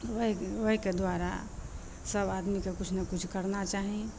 ओहि ओहिके द्वारा सब आदमीके किछु ने किछु करना चाही